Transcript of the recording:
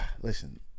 Listen